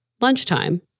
lunchtime